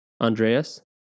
Andreas